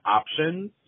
options